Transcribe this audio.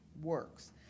works